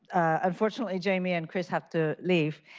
unfortunately, jamie and chris had to leave.